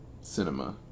cinema